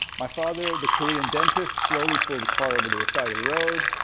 my father, the korean dentist, slowly pulled the car over to the side of the road